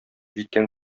җиткән